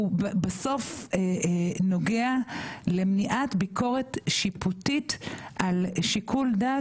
הוא בסוף נוגע למניעת ביקורת שיפוטית על שיקול דעת,